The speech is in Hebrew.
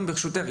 ברשותך,